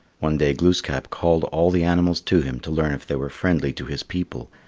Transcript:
one day glooskap called all the animals to him to learn if they were friendly to his people.